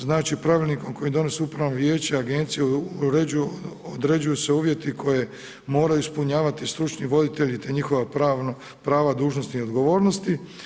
Znači, pravilnikom koji donosi upravno vijeće agencije uređuju, određuju se uvjeti koje mora ispunjavati stručni voditelji te njihova prava, dužnosti i odgovornosti.